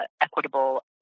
equitable